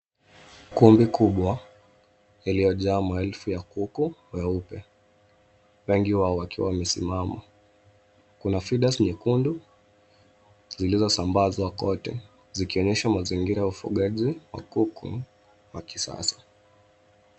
Kumbi kubwa yaliyojaa maelfu ya kuku weupe wengi wao wakiwa wamesimama. Kuna Feeders nyekundu zilizo sambazwa kote zikionyesha mazingira ya ufugaji wa kuku wa kisasa.